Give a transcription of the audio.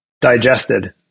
digested